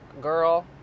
girl